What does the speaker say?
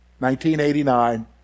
1989